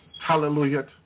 Hallelujah